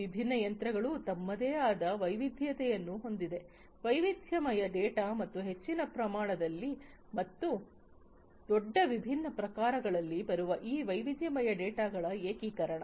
ಈ ವಿಭಿನ್ನ ಯಂತ್ರಗಳು ತಮ್ಮದೇ ಆದ ವೈವಿಧ್ಯತೆಯನ್ನು ಹೊಂದಿವೆ ವೈವಿಧ್ಯಮಯ ಡೇಟಾ ಮತ್ತು ಹೆಚ್ಚಿನ ಪ್ರಮಾಣದಲ್ಲಿ ಮತ್ತು ದೊಡ್ಡ ವಿಭಿನ್ನ ಪ್ರಕಾರಗಳಲ್ಲಿ ಬರುವ ಈ ವೈವಿಧ್ಯಮಯ ಡೇಟಾಗಳ ಏಕೀಕರಣ